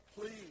please